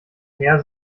herr